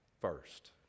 first